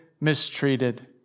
mistreated